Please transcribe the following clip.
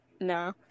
No